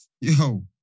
Yo